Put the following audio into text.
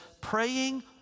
Praying